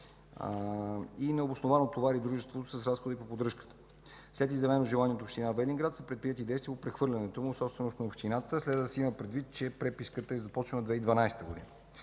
и необосновано товари дружеството с разходите по поддръжката. След изявено желание от община Велинград са предприети действия по прехвърлянето му в собственост на общината. Следва да се има предвид, че преписката е започнала през 2012 г.